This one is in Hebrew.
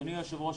אדוני היושב ראש,